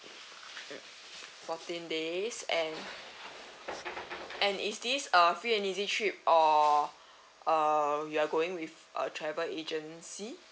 mm fourteen days and and is this err free and easy trip or uh you are going with a travel agency